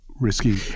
risky